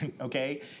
okay